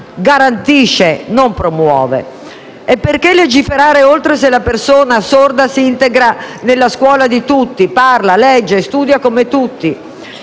garantisce e non promuove. E perché legiferare oltre se la persona sorda si integra nella scuola di tutti, parlando, leggendo e studiando come tutti?